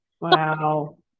wow